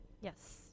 Yes